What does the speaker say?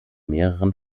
mehreren